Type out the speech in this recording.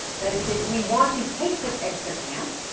that is if we want to take this exit ramp,